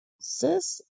Sis